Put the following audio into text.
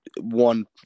one